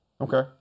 Okay